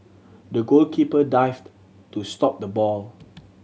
the goalkeeper dived to stop the ball